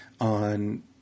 on